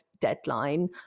deadline